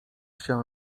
się